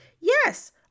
Yes